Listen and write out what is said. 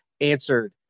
answered